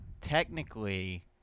technically